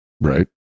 Right